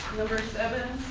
number seven